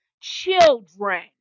children